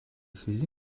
связи